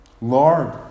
Lord